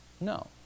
No